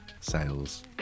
sales